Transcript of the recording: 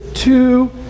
two